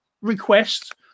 request